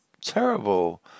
terrible